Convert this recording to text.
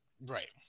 Right